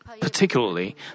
Particularly